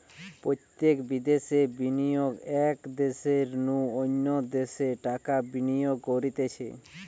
প্রত্যক্ষ বিদ্যাশে বিনিয়োগ এক দ্যাশের নু অন্য দ্যাশে টাকা বিনিয়োগ করতিছে